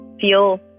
feel